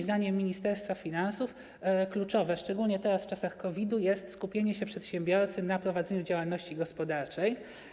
Zdaniem Ministerstwa Finansów kluczowe, szczególnie teraz, w czasach COVID-19, jest skupienie się przedsiębiorcy na prowadzeniu działalności gospodarczej.